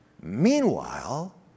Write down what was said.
Meanwhile